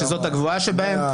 שזאת הגבוהה שבהם.